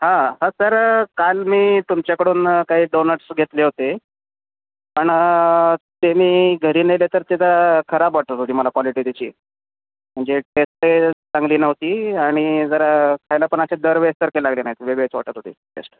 हां हा सर काल मी तुमच्याकडून काही डोनट्स घेतले होते पण ते मी घरी नेले तर त्याचा खराब वाटत होती मला क्वालिटी त्याची म्हणजे टेस्टे चांगली नव्हती आणि जरा खायला पण असे दर वेळेससारखे लागले नाहीत वेगळेच वाटत होते टेस्ट